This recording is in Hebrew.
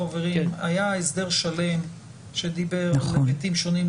היה הסדר שלם שדיבר על היבטים שונים.